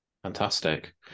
Fantastic